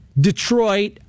Detroit